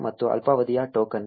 ಮತ್ತು ಅಲ್ಪಾವಧಿಯ ಟೋಕನ್